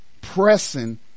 pressing